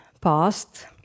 past